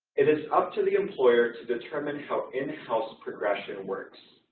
it is up to the employer to determine how in-house progression works.